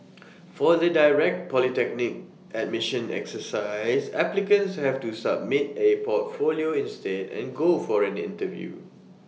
for the direct polytechnic admissions exercise applicants have to submit A portfolio instead and go for an interview